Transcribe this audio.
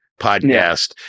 podcast